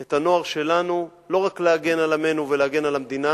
את הנוער שלנו לא רק להגן על עמנו ולהגן על המדינה